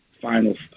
final